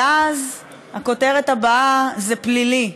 ואז הכותרת הבאה: זה פלילי.